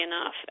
enough